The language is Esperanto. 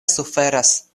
suferas